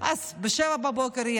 ב-07:00 תהיה